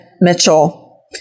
Mitchell